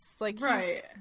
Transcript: Right